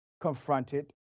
confronted